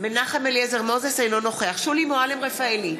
אינו נוכח שולי מועלם-רפאלי,